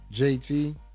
JT